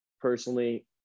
personally